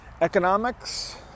Economics